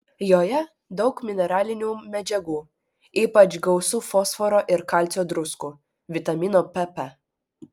joje daug mineralinių medžiagų ypač gausu fosforo ir kalcio druskų vitamino pp